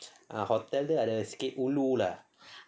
ah hotel ada sikit ulu lah